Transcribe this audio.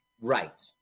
Right